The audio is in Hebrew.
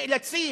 שנאלצים,